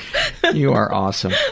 that. you are awesome.